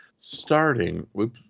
Starting